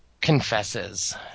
confesses